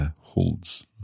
holds